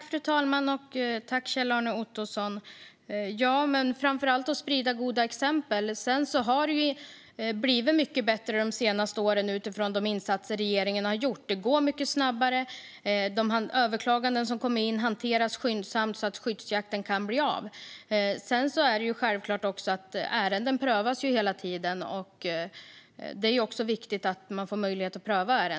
Fru talman! Tack, Kjell-Arne Ottosson! Framför allt måste goda exempel spridas. Det har blivit mycket bättre de senaste åren utifrån de insatser som regeringen har gjort. Det går mycket snabbare. De överklaganden som kommer in hanteras skyndsamt så att skyddsjakten kan bli av. Ärenden prövas hela tiden, och det är viktigt att man får möjlighet att göra detta.